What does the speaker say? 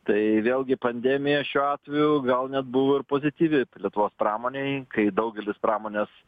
tai vėlgi pandemija šiuo atveju gal net buvo ir pozityvi lietuvos pramonei kai daugelis pramonės